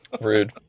rude